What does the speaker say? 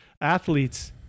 athletes-